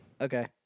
Okay